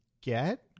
get